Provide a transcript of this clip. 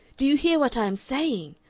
do you hear what i am saying.